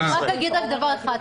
אני רק אגיד דבר אחד.